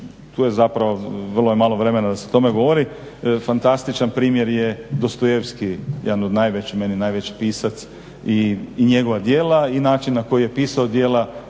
tu je zapravo, vrlo je malo vremena da se o tome govori, fantastičan primjer je Dostojevski, jedan od najvećih, po meni najveći pisac i njegova djela i način na koji je pisao djela